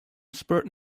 spurred